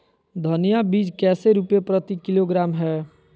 धनिया बीज कैसे रुपए प्रति किलोग्राम है?